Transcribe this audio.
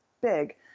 big